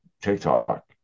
TikTok